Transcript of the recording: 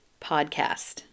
podcast